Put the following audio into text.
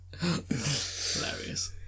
hilarious